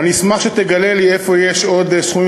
ואני אשמח אם תגלה לי איפה יש עוד סכומים